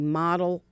model